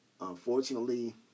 Unfortunately